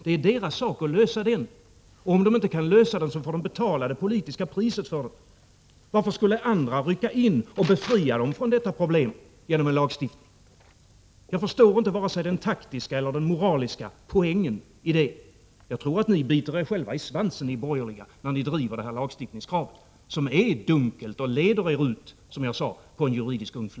Det är deras sak att lösa dem. Om vi inte kan lösa dem, får de betala det politiska priset. Varför skulle andra rycka ut och befria dem från detta problem genom en lagstiftning? Jag förstår inte vare sig den taktiska eller moraliska poängen i det. Jag tror att ni borgerliga biter er själva i svansen när ni driver det här lagstiftningskravet, som är dunkelt och leder er ut, som jag sade, på ett juridiskt gungfly.